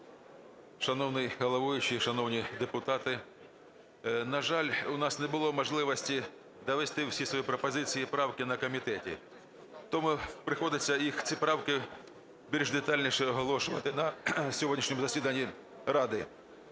Шановний головуючий, шановні депутати! На жаль, у нас не було можливості довести всі свої пропозиції і правки на комітеті, тому приходиться ці правки більш детальніше оголошувати на сьогоднішньому засіданні Ради.